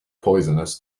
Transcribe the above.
poisonous